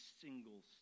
single